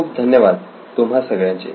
खूप खूप धन्यवाद तुम्हा सगळ्यांचे